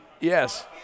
Yes